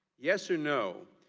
yes or no.